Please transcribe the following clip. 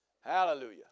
Hallelujah